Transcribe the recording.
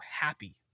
happy